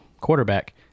quarterback